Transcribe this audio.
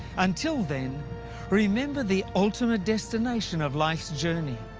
until then remember the ultimate destination of life's journey.